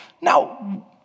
Now